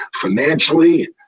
financially